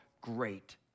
great